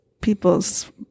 people's